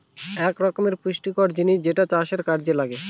এক রকমের পুষ্টিকর জিনিস যেটা চাষের কাযে লাগে